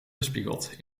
weerspiegeld